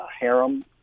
harem